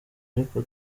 ariko